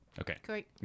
Okay